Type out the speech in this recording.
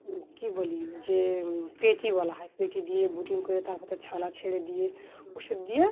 কী বলি যে পেটি বলা হয় পেটি দিয়ে ব্রুডিং করে তারপ ত ছালা ছেড়ে দিয়ে ওষুধ দিয়ে